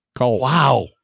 Wow